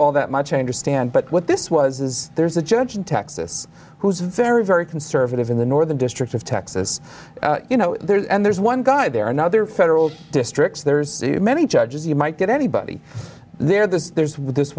all that much i understand but what this was is there's a judge in texas who's very very conservative in the northern district of texas you know there's and there's one guy there another federal district there's many judges you might get anybody there the there's